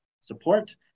support